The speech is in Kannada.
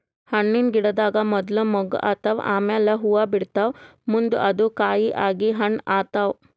ಹಣ್ಣಿನ್ ಗಿಡದಾಗ್ ಮೊದ್ಲ ಮೊಗ್ಗ್ ಆತವ್ ಆಮ್ಯಾಲ್ ಹೂವಾ ಬಿಡ್ತಾವ್ ಮುಂದ್ ಅದು ಕಾಯಿ ಆಗಿ ಹಣ್ಣ್ ಆತವ್